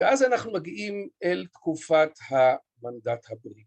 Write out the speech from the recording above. ‫ואז אנחנו מגיעים ‫אל תקופת המנדט הבריטי.